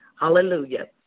Hallelujah